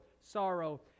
sorrow